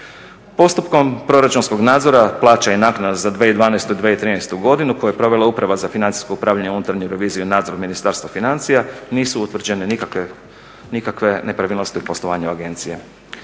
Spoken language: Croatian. Postupkom proračunskog nadzora plaća i naknada za 2012. i 2013. godinu koju je provela Uprava za financijsko upravljanje, unutarnju reviziju i nadzor Ministarstva financija nisu utvrđene nikakve nepravilnosti u poslovanju agencije.